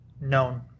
known